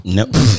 Nope